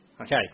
okay